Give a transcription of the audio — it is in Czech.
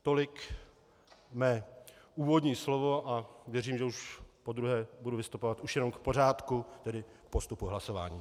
Tolik mé úvodní slovo a věřím, že už podruhé budu vystupovat už jenom k pořádku, tedy k postupu hlasování.